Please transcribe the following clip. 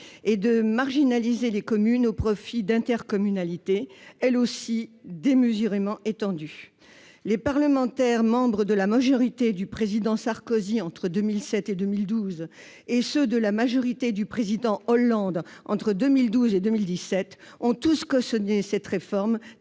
de marginaliser les communes au profit d'intercommunalités elles aussi démesurément étendues. Les parlementaires membres de la majorité du président Sarkozy, entre 2007 et 2012, et ceux appartenant à la majorité du président Hollande, entre 2012 et 2017, ont tous cautionné cette réforme